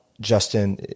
Justin